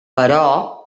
però